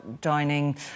dining